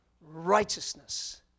Righteousness